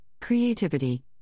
creativity